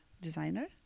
designer